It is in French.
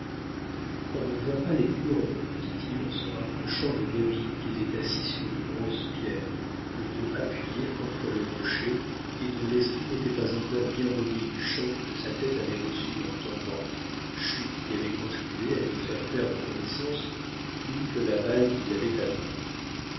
on ne voit pas les hurons dit-il en se rapprochant de david qui était assis sur une grosse pierre le dos appuyé contre le rocher et dont l'esprit n'était pas encore bien remis du choc que sa tête avait reçu en tombant chute qui avait contribué à lui faire perdre connaissance plus que la balle qui l'avait atteint